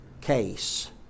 case